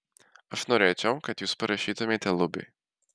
aš norėčiau kad jūs parašytumėte lubiui